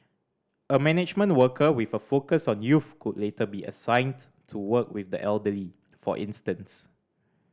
a management worker with a focus on youth could later be assigned to work with the elderly for instance